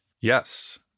Yes